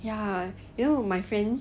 ya you know my friend